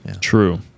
true